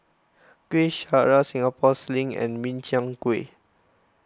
Kuih Syara Singapore Sling and Min Chiang Kueh